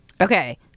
Okay